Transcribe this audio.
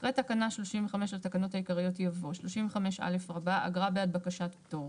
אחרי תקנה 35 לתקנות העיקריות יבוא: 35א. אגרה בעד בקשת פטור.